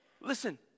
Listen